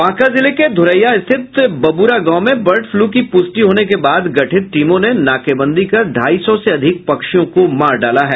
बांका जिले के धोरैया स्थित बबुरागांव में बर्ड फ्लू की प्रष्टि होने के बाद गठित टीमों ने नाकेबंदी कर ढाई सौ से अधिक पक्षियों को मार डाला है